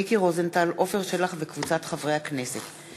מיקי רוזנטל ועפר שלח וקבוצת חברי הכנסת.